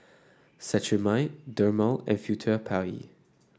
Cetrimide Dermale and Furtere Paris